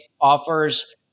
offers